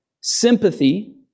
sympathy